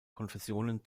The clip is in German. konfessionen